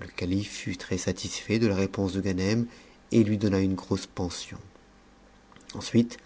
le calife fut très-satisfait de la réponse de ganem et lui donna une grosse pension ensuite